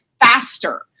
faster